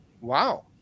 Wow